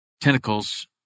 tentacles